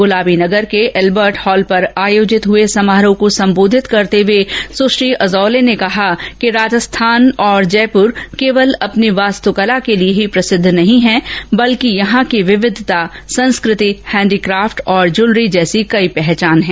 गुलाबी नगर के अल्बर्ट हॉल पर आयोजित हुए समारोह को संबोधित करते हुए सुश्री अजोले ने कहा राजस्थान और जयपुर केवल अपनी वास्तुकला के लिए प्रसिद्ध नहीं है बल्कि यहां की विविधता संस्कृति हैंडीक्राफट जूलरी ँजैसी कई पहचान हैं